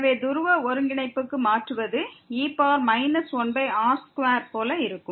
எனவே துருவ ஒருங்கிணைப்புக்கு மாற்றுவது e 1r2 போல இருக்கும்